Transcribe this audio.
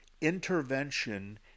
intervention